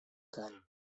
keinen